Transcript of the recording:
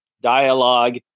dialogue